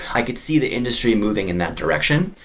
i could see the industry moving in that direction,